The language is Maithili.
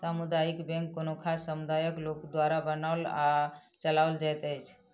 सामुदायिक बैंक कोनो खास समुदायक लोक द्वारा बनाओल आ चलाओल जाइत अछि